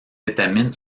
étamines